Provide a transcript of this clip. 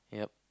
yup